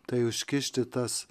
tai užkišti tas